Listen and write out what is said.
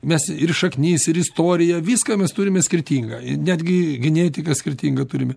mes ir šaknis ir istoriją viską mes turime skirtingą ir netgi genetiką skirtingą turime